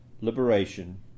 Liberation